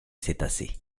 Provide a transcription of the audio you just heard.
cétacés